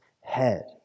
head